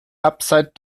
upside